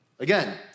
Again